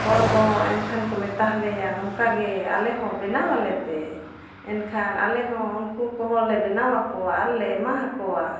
ᱦᱚᱲ ᱠᱚᱦᱚᱸ ᱮᱱᱠᱷᱟᱱ ᱠᱚ ᱢᱮᱛᱟ ᱞᱮᱭᱟ ᱱᱚᱝᱠᱟᱜᱮ ᱟᱞᱮᱦᱚᱸ ᱵᱮᱱᱟᱣ ᱟᱞᱮᱯᱮ ᱮᱱᱠᱷᱟᱱ ᱟᱞᱮᱦᱚᱸ ᱩᱱᱠᱩ ᱠᱚᱦᱚᱸᱞᱮ ᱵᱮᱱᱟᱣ ᱟᱠᱚᱣᱟ ᱟᱨᱞᱮ ᱮᱢᱟ ᱟᱠᱚᱣᱟ